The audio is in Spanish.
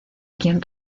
quien